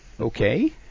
Okay